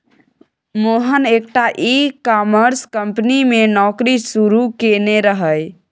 मोहन एकटा e commerce company मे नौकरी शुरू केने रहय